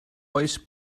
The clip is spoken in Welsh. oes